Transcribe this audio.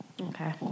Okay